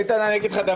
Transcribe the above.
אגיד לך,